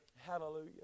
Hallelujah